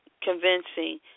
convincing